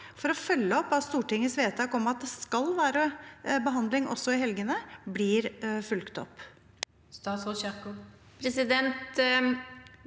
for å sørge for at Stortingets vedtak om at det skal være behandling også i helgene, blir fulgt opp?